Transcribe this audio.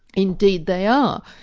indeed they are.